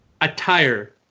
attire